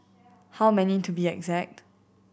how many to be exact